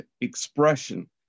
expression